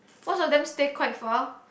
most of them stay quite far